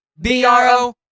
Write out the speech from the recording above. B-R-O